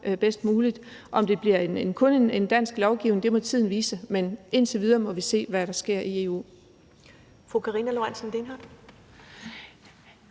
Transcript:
bedst muligt. Om det alene bliver en dansk lovgivning, må tiden vise, men indtil videre må vi se, hvad der sker i EU.